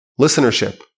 listenership